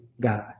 God